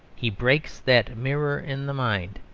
he breaks that mirror in the mind,